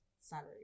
salary